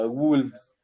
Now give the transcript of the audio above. wolves